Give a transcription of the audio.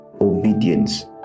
Obedience